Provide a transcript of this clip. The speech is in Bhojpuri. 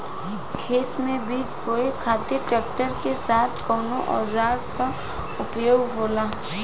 खेत में बीज बोए खातिर ट्रैक्टर के साथ कउना औजार क उपयोग होला?